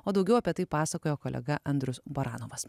o daugiau apie tai pasakojo kolega andrius baranovas